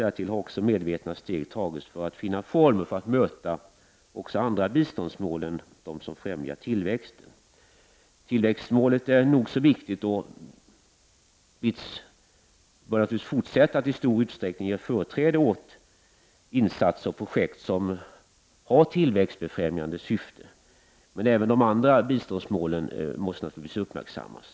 Därtill har också medvetna steg tagits för att finna former för att möta även andra biståndsmål än dem som främjar tillväxten. Tillväxtmålet är nog så viktigt, och BITS bör naturligtvis fortsätta att i stor utsträckning ge företräde åt insatser och projekt som har tillväxtbefrämjande syfte. Men även de andra biståndsmålen måste naturligtvis uppmärksammas.